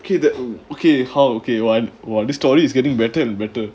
okay that mm okay how okay !wah! !wah! this story is getting better and better